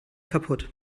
kaputt